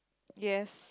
yes